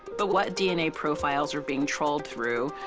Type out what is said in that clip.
but what dna profiles are being trolled through?